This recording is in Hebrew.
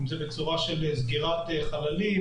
אם זה בצורה של סגירת חללים,